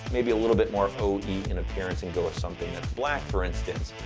maybe a little bit more oe in appearance and go with something that's black, for instance.